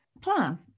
plan